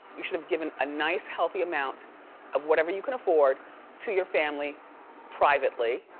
you should have given a nice, healthy amount of whatever you can afford to your family privately,